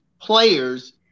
players